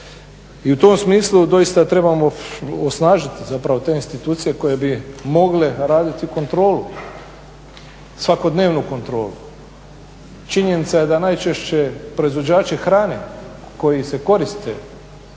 I u tom smislu doista trebamo osnažiti te institucije koje bi mogle raditi kontrolu, svakodnevnu kontrolu. Činjenica je da najčešće proizvođači hrane koji se koriste